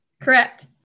Correct